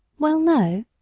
well, no,